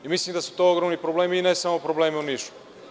Mislim da su to ogromni problemi ne samo problemi u Nišu.